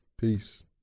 Peace